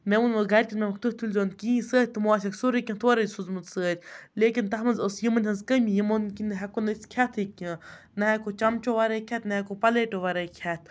مےٚ ووٚنمَکھ گَرِکٮ۪ن مےٚ ووٚنمُکھ تُہۍ تُلۍ زیو نہٕ کِہیٖنۍ سۭتۍ تِمو آسٮ۪کھ سورُے کینٛہہ تورَے سوٗزمُت سۭتۍ لیکِن تَتھ منٛز اوس یِمَن ہٕنٛز کمی یِمو کِن نہٕ ہٮ۪کو نہٕ أسۍ کھٮ۪تھٕے کینٛہہ نہ ہٮ۪کو چَمچو وَرٲے کھٮ۪تھ نہ ہٮ۪کو پَلیٹو وَرٲے کھٮ۪تھ